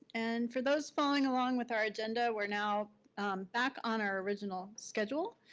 and for those following along with our agenda, we're now back on our original schedule.